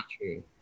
true